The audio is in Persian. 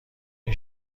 این